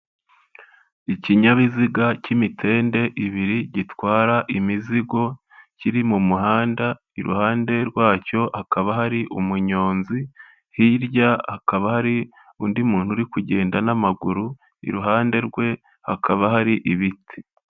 Ikinyabiziga cy'imitende ibiri gitwara imizigo kiri mu muhanda iruhande rwacyo hakaba hari umunyonzi hirya hakaba hari undi muntu uri kugenda n'amaguru iruhande rwe hakaba hari ibiti.